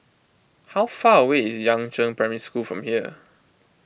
how far away is Yangzheng Primary School from here